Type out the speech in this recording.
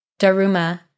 Daruma